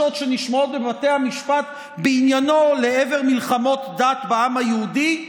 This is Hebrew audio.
שנשמעות בבתי המשפט בעניינו לעבר מלחמות דת בעם היהודי.